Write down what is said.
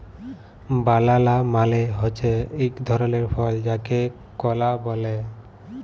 বালালা মালে হছে ইক ধরলের ফল যাকে কলা ব্যলে